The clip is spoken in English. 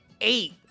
eight